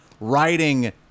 writing